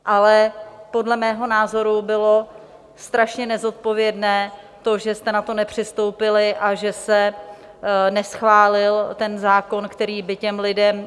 Ale podle mého názoru bylo strašně nezodpovědné to, že jste na to nepřistoupili a že se neschválil ten zákon, který by těm lidem...